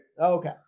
Okay